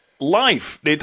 life